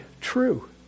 true